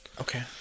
Okay